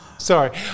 Sorry